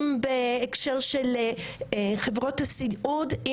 אם בהקשר של חברות הסיעוד,